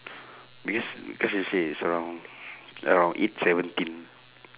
because cause you say it's around around eight seventeen